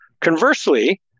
Conversely